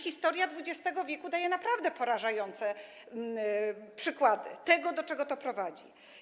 Historia XX w. daje naprawdę porażające przykłady tego, do czego to prowadzi.